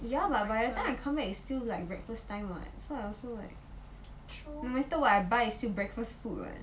ya but by the time I come back is still like breakfast time [what] so I also no matter what I buy breakfast food [what]